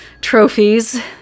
trophies